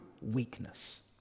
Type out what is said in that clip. weakness